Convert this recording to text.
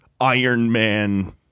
Ironman